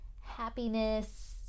happiness